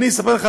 אספר לך,